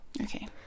Okay